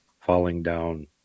falling-down